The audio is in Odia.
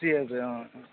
ଦିଅନ୍ତି ହଁ ହଁ